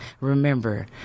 Remember